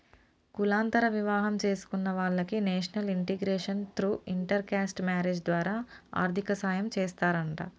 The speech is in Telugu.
కులాంతర వివాహం చేసుకున్న వాలకి national integration through inter caste marriage ద్వారా ఆర్థిక సాయం చేస్తారంట